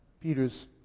Peter's